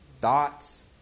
Thoughts